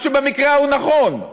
מה שבמקרה נכון,